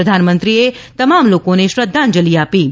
પ્રધાનમંત્રીએ તમામ લોકોને શ્રધ્ધાંજલી આપી હતી